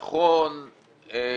נכון,